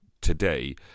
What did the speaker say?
today